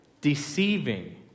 Deceiving